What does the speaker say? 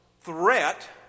threat